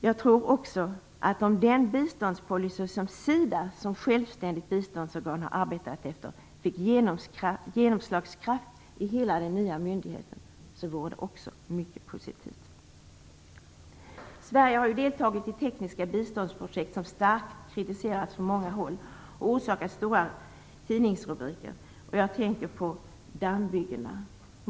Jag tror vidare att om den biståndspolicy som SIDA som självständigt biståndsorgan har arbetat efter fick genomslagskraft i hela den nya myndigheten vore det mycket positivt. Sverige har deltagit i tekniska biståndsprojekt som starkt kritiserats från många håll och som orsakat stora tidningsrubriker. Jag tänker på dammbyggena.